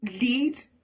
lead